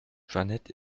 jeanette